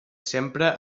sempre